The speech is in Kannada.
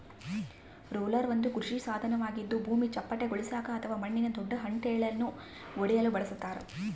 ರೋಲರ್ ಒಂದು ಕೃಷಿ ಸಾಧನವಾಗಿದ್ದು ಭೂಮಿ ಚಪ್ಪಟೆಗೊಳಿಸಾಕ ಅಥವಾ ಮಣ್ಣಿನ ದೊಡ್ಡ ಹೆಂಟೆಳನ್ನು ಒಡೆಯಲು ಬಳಸತಾರ